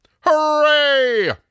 Hooray